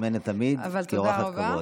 את מוזמנת תמיד כאורחת כבוד.